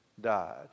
died